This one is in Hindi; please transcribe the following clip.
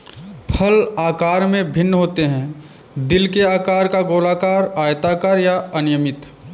फल आकार में भिन्न होते हैं, दिल के आकार का, गोलाकार, आयताकार या अनियमित